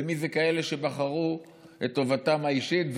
ומיהם כאלה שבחרו את טובתם האישית,